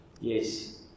yes